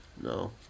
No